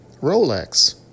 Rolex